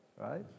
Right